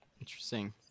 interesting